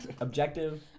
Objective